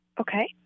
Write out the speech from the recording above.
Okay